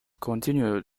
continue